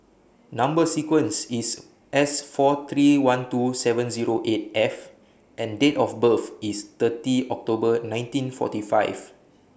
Number sequence IS S four three one two seven Zero eight F and Date of birth IS thirty October nineteen forty five